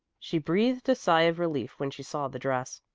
she breathed a sigh of relief when she saw the dress.